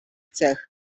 cech